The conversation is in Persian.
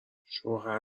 شوهر